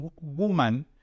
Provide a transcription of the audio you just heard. woman